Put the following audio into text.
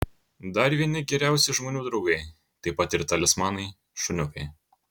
dar vieni geriausi žmonių draugai taip pat ir talismanai šuniukai